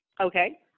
Okay